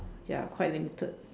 ya quite limited